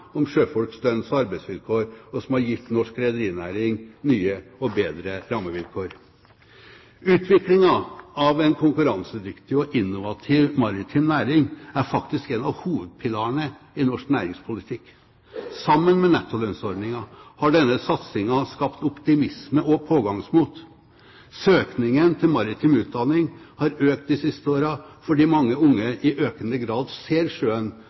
om sjøfolks lønns- og arbeidsvilkår, og som har gitt norsk rederinæring nye og bedre rammevilkår. Utviklingen av en konkurransedyktig og innovativ maritim næring er faktisk en av hovedpilarene i norsk næringspolitikk. Sammen med nettolønnsordningen har denne satsingen skapt optimisme og pågangsmot. Søkningen til maritim utdanning har økt de siste årene fordi mange unge i økende grad ser sjøen